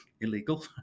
Illegal